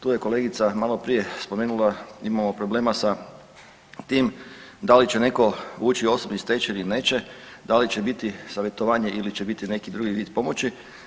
Tu je kolegica maloprije spomenula imamo problema sa tim da li će netko ući u osobni stečaj ili neće, da li će biti savjetovanje ili će biti neki drugi vid pomoći.